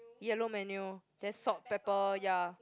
yellow menu then salt pepper ya